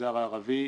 במגזר הערבי,